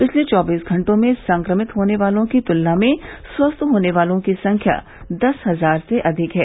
पिछले चौबीस घंटों में संक्रमित होने वालों की तुलना में स्वस्थ होने वालों की संख्या दस हजार से अधिक है